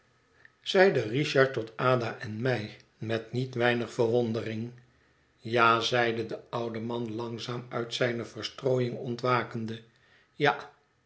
zeide richard tot ada en mij met niet weinig verwondering ja zeide de oude man langzaam uit zijne verstrooiing ontwakende ja